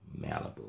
Malibu